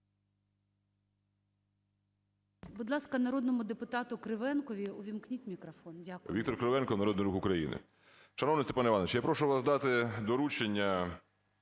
Дякую.